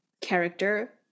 Character